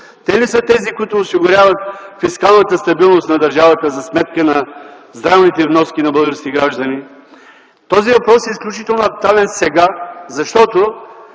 те ли са тези, които осигуряват фискалната стабилност на държавата за сметка на здравните вноски на българските граждани. Този въпрос е изключително актуален сега, защото